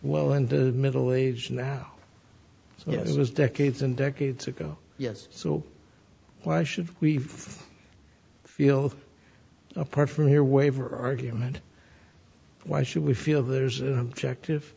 well in the middle ages now you know it was decades and decades ago yes so why should we feel apart from here waiver argument why should we feel there's an objective